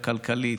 הכלכלית,